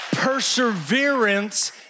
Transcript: Perseverance